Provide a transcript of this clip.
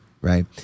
right